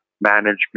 management